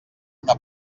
una